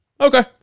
Okay